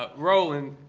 but roland,